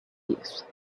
youth